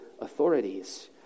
authorities